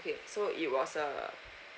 okay so it was uh